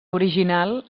original